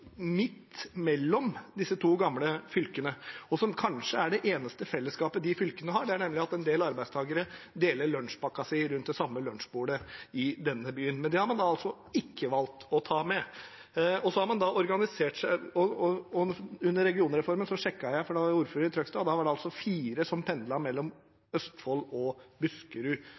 midt mellom disse to gamle fylkene, og som kanskje er det eneste fellesskapet disse fylkene har, nemlig at en del arbeidstakere deler matpakka si rundt det samme lunsjbordet i denne byen. Men det har man da altså ikke valgt å ta med. I forbindelse med regionreformen sjekket jeg, for da var jeg ordfører i Trøgstad, og da viste statistikken at det var fire som pendlet mellom Østfold og Buskerud